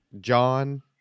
John